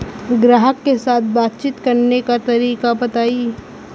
ग्राहक के साथ बातचीत करने का तरीका बताई?